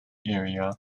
area